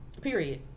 period